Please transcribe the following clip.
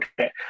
okay